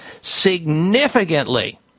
significantly